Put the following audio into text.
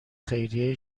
خیریه